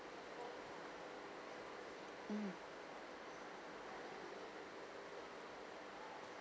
mm